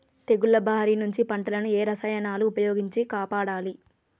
తెగుళ్ల బారి నుంచి పంటలను ఏ రసాయనాలను ఉపయోగించి కాపాడాలి?